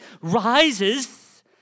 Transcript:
rises